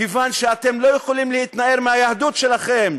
כיוון שאתם לא יכולים להתנער מהיהדות שלכם,